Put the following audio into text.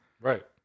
right